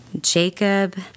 Jacob